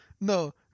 no